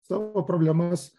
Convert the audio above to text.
savo problemas